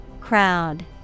Crowd